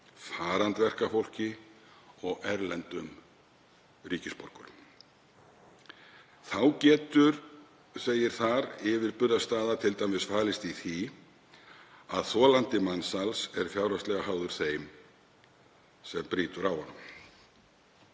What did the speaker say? farandverkafólki og erlendum ríkisborgurum. Þá getur yfirburðastaða t.d. falist í því að þolandi mansals er fjárhagslega háður þeim sem brýtur á